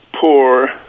poor